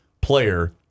player